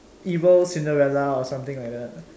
evil Cinderella or something like that